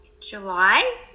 July